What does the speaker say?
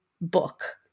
book